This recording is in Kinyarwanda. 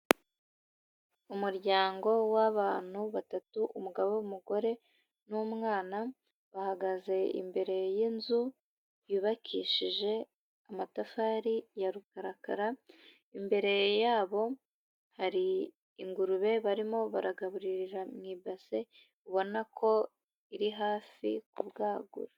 Umuryango w'abantu batatu, umugabo, umugore n'umwana, bahagaze imbere y'inzu yubakishije amatafari ya rukarakara, imbere yabo hari ingurube barimo baragaburirira mu ibase ubona ko iri hafi kubwagura.